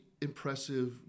impressive